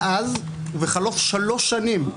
מאז וחלוף שלוש שנים,